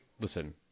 listen